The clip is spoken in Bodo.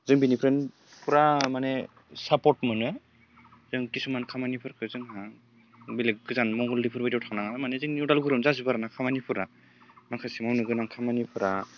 जों बेनिफ्रायनो फुरा माने सापर्ट मोनो जों खिसुमान खामानिफोरखौ जोंहा बेलेग गोजान मंगलदै फोरबायदियाव थांनाङा जोंनि उदालगुरिआवनो जाजोबो आरोना खामानिफोरा माखासे मावनो गोनां खामानिफोरा